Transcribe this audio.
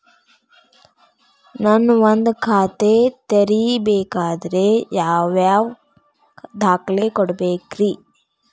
ನಾನ ಒಂದ್ ಖಾತೆ ತೆರಿಬೇಕಾದ್ರೆ ಯಾವ್ಯಾವ ದಾಖಲೆ ಕೊಡ್ಬೇಕ್ರಿ?